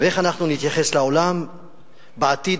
ואיך נתייחס לעולם בעתיד,